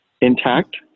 intact